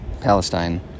Palestine